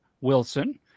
Wilson